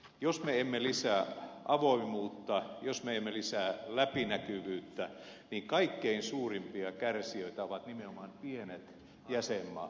jos me emme lisää avoimuutta jos me emme lisää läpinäkyvyyttä niin kaikkein suurimpia kärsijöitä ovat nimenomaan pienet jäsenmaat